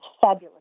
fabulous